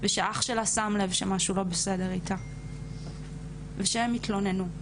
ושאח שלה שם לב שמשהו לא בסדר איתה ושהם התלוננו,